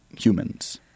humans